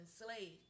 enslaved